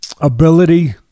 ability